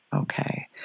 Okay